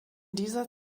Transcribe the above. dieser